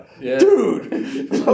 Dude